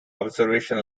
observation